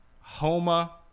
Homa